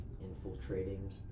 infiltrating